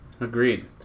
Agreed